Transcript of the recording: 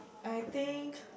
I think